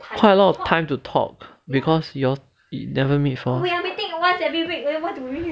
quite a lot of time to talk because you all never meet for